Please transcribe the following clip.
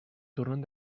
tornen